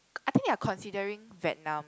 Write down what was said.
I think they are considering Vietnam